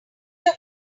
your